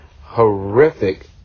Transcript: horrific